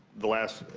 the last